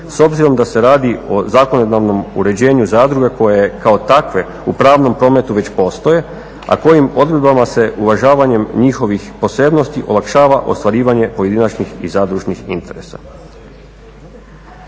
s obzirom da se radi o zakonodavnom uređenju zadruga koje kao takve u pravnom prometu već postoje, a kojim odredbama se uvažavanjem njihovih posebnosti olakšava ostvarivanje pojedinačnih i zadružnih interesa.